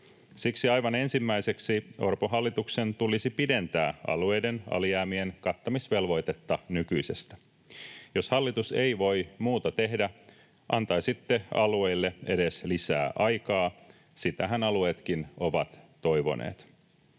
Siksi aivan ensimmäiseksi Orpon hallituksen tulisi pidentää alueiden alijäämien kattamisvelvoitetta nykyisestä. Jos hallitus ei voi muuta tehdä, antaisitte alueille edes lisää aikaa — sitähän alueetkin ovat toivoneet.